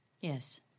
Yes